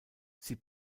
sie